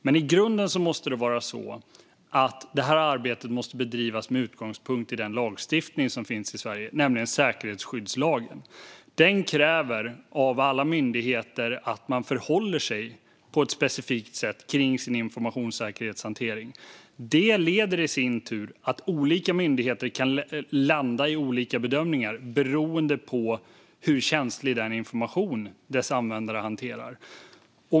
Men i grunden måste det här arbetet bedrivas med utgångspunkt i den lagstiftning som finns i Sverige, nämligen säkerhetsskyddslagen. Den kräver av alla myndigheter att de förhåller sig på ett specifikt sätt i sin informationssäkerhetshantering. Det leder i sin tur till att olika myndigheter kan landa i olika bedömningar beroende på hur känslig information dess användare hanterar.